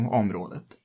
området